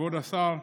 כבוד השר,